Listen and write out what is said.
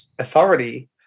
authority